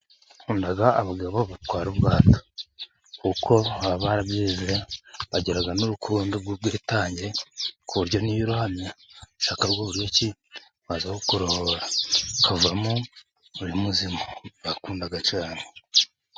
Nkunda abagabo batwara ubwato kuko baba barabyize, bagira n'urukundo rw'ubwitange ku buryo niyo urohamye, bashaka uburyo baza kukurohora ukavamo uri muzima. Ndabakunda cyane.